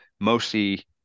mostly